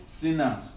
sinners